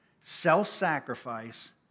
self-sacrifice